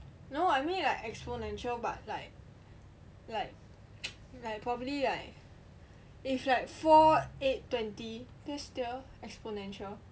no I mean like exponential but like like like probably like if like four eight twenty that's still exponential